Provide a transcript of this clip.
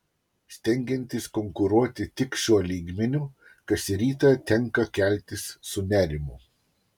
stengiantis konkuruoti tik šiuo lygmeniu kas rytą tenka keltis su nerimu